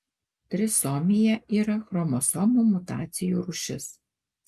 trisomija yra chromosomų mutacijų rūšis